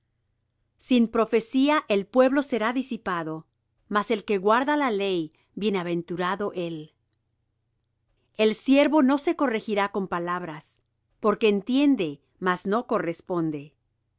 sin profecía el pueblo será disipado mas el que guarda la ley bienaventurado él el siervo no se corregirá con palabras porque entiende mas no corresponde